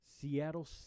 Seattle